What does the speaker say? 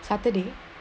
saturday